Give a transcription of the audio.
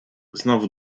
znowu